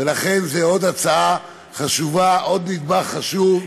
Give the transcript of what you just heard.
ולכן זו עוד הצעה חשובה, עוד נדבך חשוב.